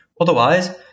Otherwise